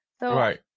Right